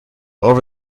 over